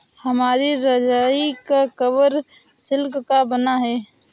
हमारी रजाई का कवर सिल्क का बना है